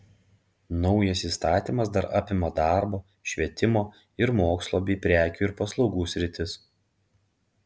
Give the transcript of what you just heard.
naujas įstatymas dar apima darbo švietimo ir mokslo bei prekių ir paslaugų sritis